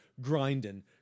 grinding